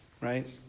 right